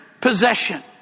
possession